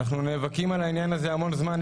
אנחנו נאבקים על העניין הזה המון זמן.